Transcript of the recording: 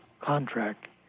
contract